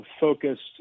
focused